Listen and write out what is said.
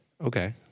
Okay